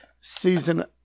season